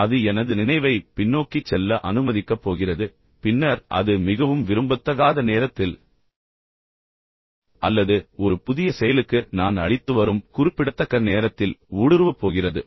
எனவே அது எனது நினைவை பின்னோக்கிச் செல்ல அனுமதிக்கப் போகிறது பின்னர் அது மிகவும் விரும்பத்தகாத நேரத்தில் அல்லது ஒரு புதிய செயலுக்கு நான் அளித்து வரும் குறிப்பிடத்தக்க நேரத்தில் ஊடுருவப் போகிறது